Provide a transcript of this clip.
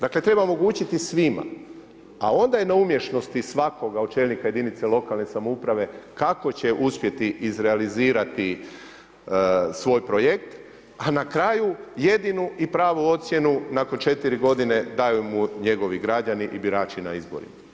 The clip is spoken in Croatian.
Dakle treba omogućiti svima a onda je na umješnosti svakoga od čelnika jedinica lokalne samouprave kako će uspjeti izrealizirati svoj projekt a na kraju jedinu i pravu ocjenu nakon 4 godine daju mu njegovi građani i birači na izborima.